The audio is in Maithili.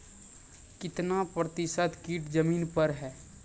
कितना प्रतिसत कीट जमीन पर हैं?